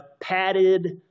padded